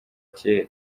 kera